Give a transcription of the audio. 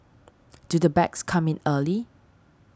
do the bags come in early